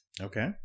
Okay